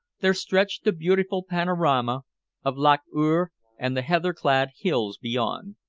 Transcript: there stretched the beautiful panorama of loch urr and the heatherclad hills beyond.